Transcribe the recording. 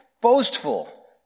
boastful